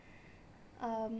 um